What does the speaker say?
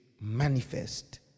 manifest